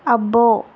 అబ్బో